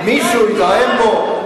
מישהו התרעם פה?